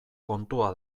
kontua